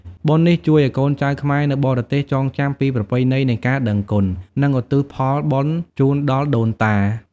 បុណ្យនេះជួយឱ្យកូនចៅខ្មែរនៅបរទេសចងចាំពីប្រពៃណីនៃការដឹងគុណ និងឧទ្ទិសផលបុណ្យជូនដល់ដូនតា។